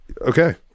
Okay